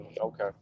Okay